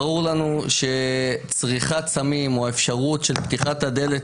ברור לנו שצריכת סמים או האפשרות של פתיחת הדלת